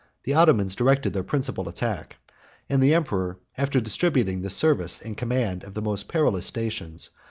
the ottomans directed their principal attack and the emperor, after distributing the service and command of the most perilous stations,